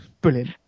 Brilliant